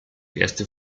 erste